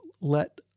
let